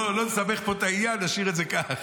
שלא נסבך פה את העניין, נשאיר את זה ככה.